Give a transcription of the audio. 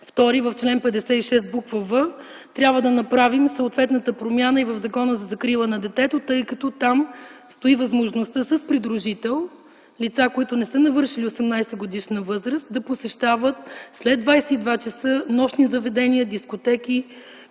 в § 2, чл. 56, буква „в”, трябва да направим съответната промяна и в Закона за закрила на детето, тъй като там стои възможността лица, които не са навършили 18 годишна възраст, с придружител да посещават след 22,00 ч. нощни заведения, дискотеки,